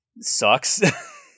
sucks